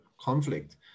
conflict